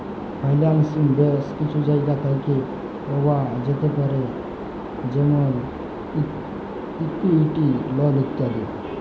ফাইলালসিং ব্যাশ কিছু জায়গা থ্যাকে পাওয়া যাতে পারে যেমল ইকুইটি, লল ইত্যাদি